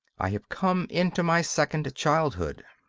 i have come into my second childhood.